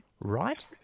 right